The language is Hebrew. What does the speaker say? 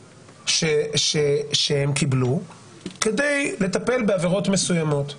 שהם קיבלו כדי לטפל בעבירות מסוימות,